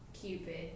Cupid